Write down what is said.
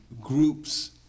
groups